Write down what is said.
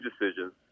Decisions